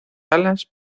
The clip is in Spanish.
alas